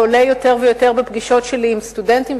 שעולה יותר ויותר בפגישות שלי עם סטודנטים,